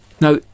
Now